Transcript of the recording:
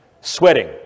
sweating